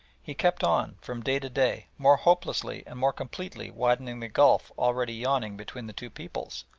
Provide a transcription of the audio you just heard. he kept on, from day to day, more hopelessly and more completely widening the gulf already yawning between the two peoples,